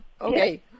Okay